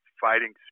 fighting